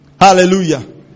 Hallelujah